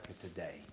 today